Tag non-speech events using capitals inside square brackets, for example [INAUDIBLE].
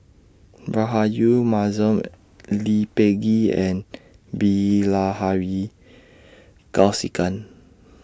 Rahayu Mahzam [HESITATION] Lee Peh Gee and Bilahari Kausikan